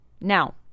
Now